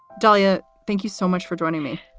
dalia, thank you so much for joining me.